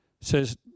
says